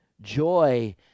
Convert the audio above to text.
joy